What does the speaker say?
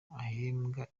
ahembwa